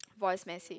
voice message